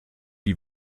die